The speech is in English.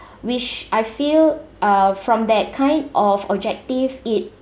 which I feel uh from that kind of objective it